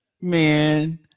Man